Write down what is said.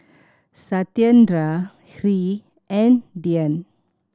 Satyendra Hri and Dhyan